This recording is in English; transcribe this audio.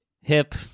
hip